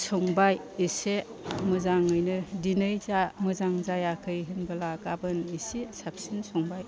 संबाय इसे मोजाङैनो दिनै जा मोजां जायाखै होनब्ला गाबोन एसे साबसिन संबाय